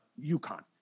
UConn